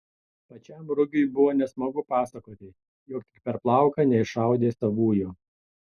pačiam rugiui buvo nesmagu pasakoti jog tik per plauką neiššaudė savųjų